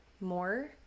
more